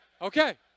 Okay